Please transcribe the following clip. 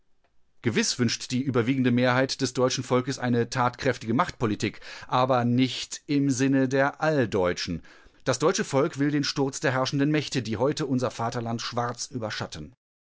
gewiß wünscht die überwiegende mehrheit des deutschen volkes eine tatkräftige machtpolitik aber nicht im sinne der alldeutschen das deutsche volk will den sturz der herrschenden mächte die heute unser vaterland schwarz überschatten